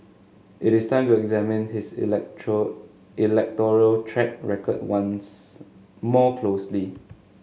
it is time to examine his electoral track record once more closely